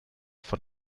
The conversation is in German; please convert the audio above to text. von